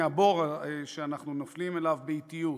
מהבור שאנחנו נופלים אליו באטיות.